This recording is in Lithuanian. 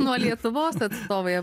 nuo lietuvos atstovai